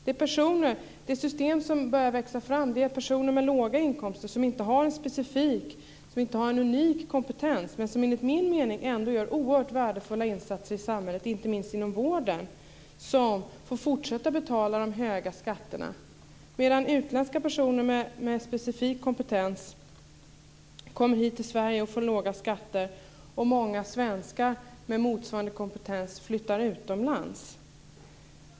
Det system som växer fram är att personer med låga inkomster utan specifik och unik kompetens men som, enligt min mening, ändå gör oerhört värdefulla insatser i samhället, inte minst inom vården, får fortsätta att betala de höga skatterna, medan utländska personer med specifik kompetens kommer hit till Sverige och får betala låga skatter och många svenskar med motsvarande kompetens flyttar utomlands.